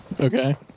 Okay